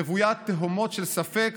רוויה תהומות של ספק